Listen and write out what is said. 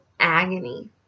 Agony